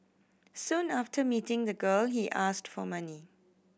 soon after meeting the girl he asked for money